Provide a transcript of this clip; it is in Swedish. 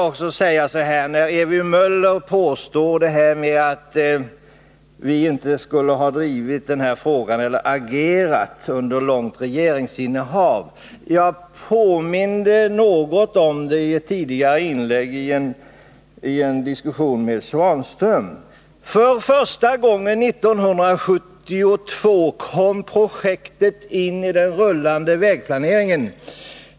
Ewy Möller påstår att vi inte skulle ha drivit den här frågan eller agerat under ett långt regeringsinnehav. Jag påminde något om det i ett tidigare inlägg i en diskussion med Ivan Svanström. 1972 kom projektet för första gången in i den rullande vägplaneringen.